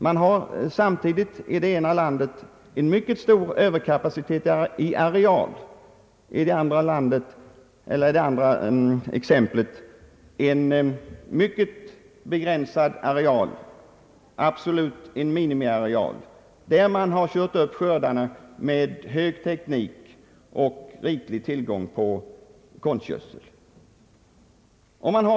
I det ena fallet har man också en mycket stor överkapacitet i areal, i det andra en mycket begränsad areal, en absolut minimiareal, där skördarna ökats med hjälp av hög teknik och riklig tillgång på växtnäringsmedel.